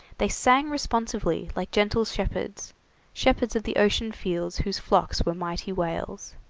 they sang responsively, like gentle shepherds shepherds of the ocean fields whose flocks were mighty whales